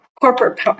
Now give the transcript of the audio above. corporate